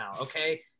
Okay